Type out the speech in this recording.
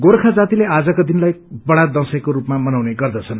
गोर्खा जातिले आजको दिनलाई बड़ा दशैंको रूपामा मनाउने गर्दछन्